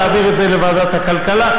להעביר את זה לוועדת הכלכלה.